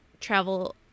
travel